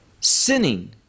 sinning